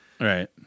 right